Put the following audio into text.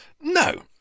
no